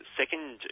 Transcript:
second